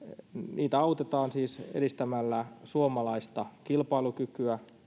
niitä autetaan edistämällä suomalaista kilpailukykyä